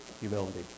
humility